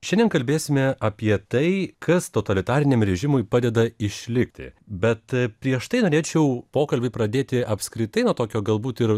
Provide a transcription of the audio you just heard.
šiandien kalbėsime apie tai kas totalitariniam režimui padeda išlikti bet prieš tai norėčiau pokalbį pradėti apskritai nuo tokio galbūt ir